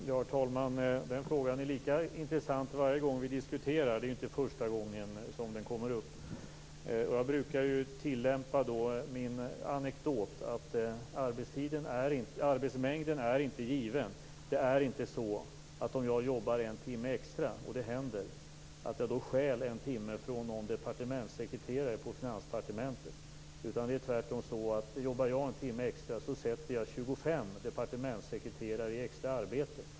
Herr talman! Den frågan är lika intressant varje gång vi diskuterar den. Det är inte första gången den kommer upp. Jag brukar vid de tillfällena tillämpa min anekdot. Arbetsmängden är inte given. Om jag jobbar en timme extra - och det händer - stjäl jag inte en timme från någon departementssekreterare på Finansdepartementet. Det är tvärtom så att om jag jobbar en timme extra sätter jag 25 departementssekreterare i extra arbete.